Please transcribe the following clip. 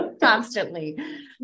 constantly